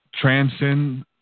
transcend